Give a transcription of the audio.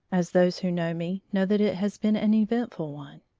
as those who know me know that it has been an eventful one.